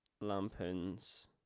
Lampoon's